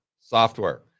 software